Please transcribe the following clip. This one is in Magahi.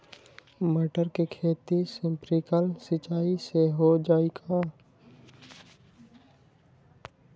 मटर के खेती स्प्रिंकलर सिंचाई से हो जाई का?